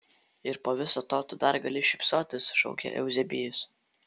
ir po viso to tu dar gali šypsotis šaukė euzebijus